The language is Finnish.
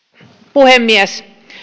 puhemies